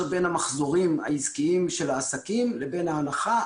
בין המחזורים העסקיים של העסקים לבין ההנחה.